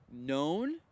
known